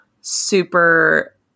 super